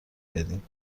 بدین